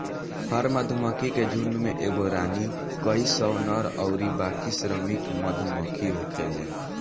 हर मधुमक्खी के झुण्ड में एगो रानी, कई सौ नर अउरी बाकी श्रमिक मधुमक्खी होखेले